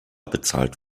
bezahlt